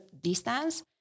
distance